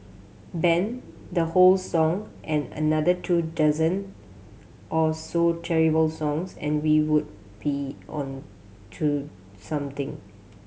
ban the whole song and another two dozen or so terrible songs and we would be on to something